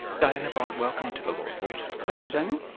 diana bryant, welcome to the law report. thank you damien.